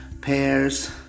pears